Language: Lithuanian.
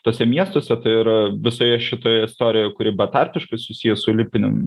tuose miestuose tai yra visoje šitoje istorijoje kuri betarpiškai susiję su olimpinėm